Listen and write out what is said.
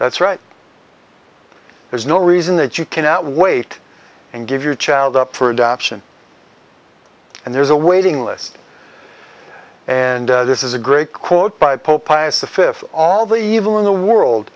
that's right there's no reason that you cannot wait and give your child up for adoption and there's a waiting list and this is a great quote by pope pius the fifth all the evil in the world